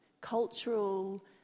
cultural